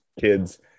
kids